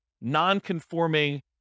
non-conforming